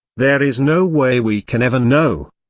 there is no way we can ever know.